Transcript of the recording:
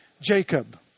Jacob